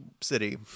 city